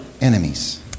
enemies